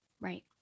Right